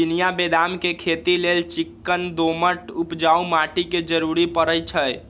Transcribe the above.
चिनियाँ बेदाम के खेती लेल चिक्कन दोमट उपजाऊ माटी के जरूरी पड़इ छइ